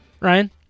Ryan